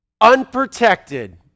unprotected